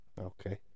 Okay